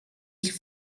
ich